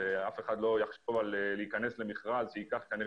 ואף אחד לא יחשוב להיכנס למכרז שייקח כנראה